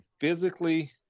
physically